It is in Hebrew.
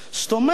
זאת אומרת,